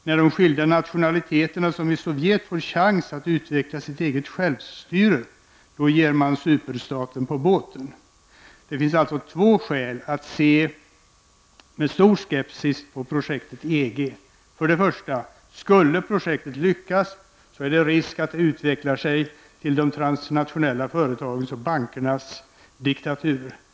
När de skilda nationaliteterna, som i Sovjet, får chansen att utveckla sitt eget självstyre, då ger man superstaten på båten. Det finns alltså två skäl för att se med stor skepsisk på projektet EG. För det första: Skulle projektet lyckas, är det risk för att det utvecklar sig till de transnationella företagens och bankernas diktatur.